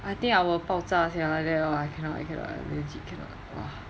I think I will 爆炸 sia like that hor I cannot I cannot legit cannot !wah!